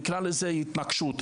נקרא לזה התנגשות,